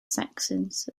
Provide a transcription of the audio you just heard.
sexes